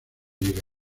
llega